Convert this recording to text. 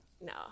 No